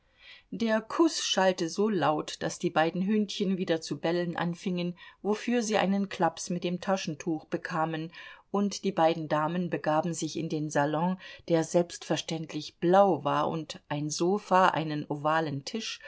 der kuß schallte so laut daß die beiden hündchen wieder zu bellen anfingen wofür sie einen klaps mit dem taschentuch bekamen und die beiden damen begaben sich in den salon der selbstverständlich blau war und ein sofa einen ovalen tisch